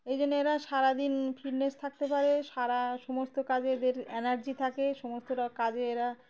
এই জন্য এরা সারাদিন ফিটনেস থাকতে পারে সারা সমস্ত কাজে এদের এনার্জি থাকে সমস্ত কাজে এরা